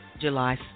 July